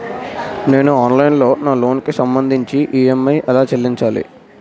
నేను ఆన్లైన్ లో నా లోన్ కి సంభందించి ఈ.ఎం.ఐ ఎలా చెల్లించాలి?